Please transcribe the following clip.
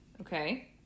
okay